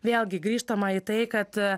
vėlgi grįžtama į tai kad